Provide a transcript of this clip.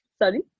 Sorry